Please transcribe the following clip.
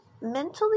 Mentally